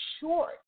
short